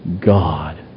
God